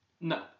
no